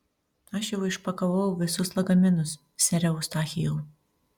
aš jau išpakavau visus lagaminus sere eustachijau